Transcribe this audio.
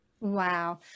wow